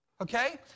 okay